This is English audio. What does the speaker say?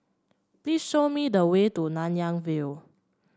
please show me the way to Nanyang View